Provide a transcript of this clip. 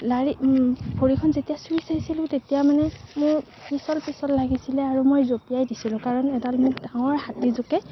লাৰি ভৰিখন যেতিয়া চুই চাইছিলোঁ তেতিয়া মানে মোৰ পিছল পিছল লাগিছিলে আৰু মই জঁপিয়াই দিছিলোঁ কাৰণ এডাল মোক ডাঙৰ হাতী জোকে